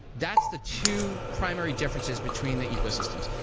that's the two primary differences between the ecosystems,